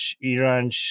Iran